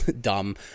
dumb